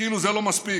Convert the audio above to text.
כאילו זה לא מספיק,